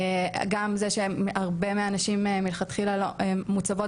גם זה שהרבה מהנשים מלכתחילה מוצבות